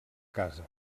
casa